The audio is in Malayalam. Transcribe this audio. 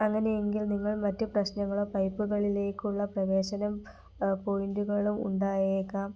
അങ്ങനെയെങ്കിൽ നിങ്ങൾ മറ്റു പ്രശ്നങ്ങളോ പൈപ്പുകളിലേക്കുള്ള പ്രവേശനം പോയിൻറ്റുകളും ഉണ്ടായേക്കാം